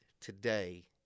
today